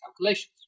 calculations